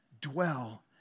dwell